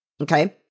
Okay